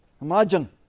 Imagine